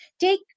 take